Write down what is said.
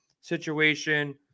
situation